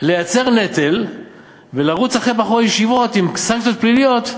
לייצר נטל ולרוץ אחרי בחורי ישיבות עם סנקציות פליליות,